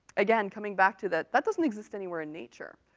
again coming back to that, that doesn't exist anywhere in nature.